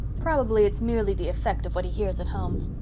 probably it's merely the effect of what he hears at home.